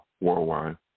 worldwide